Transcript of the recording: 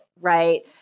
right